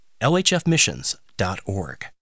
lhfmissions.org